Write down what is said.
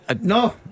No